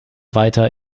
weiter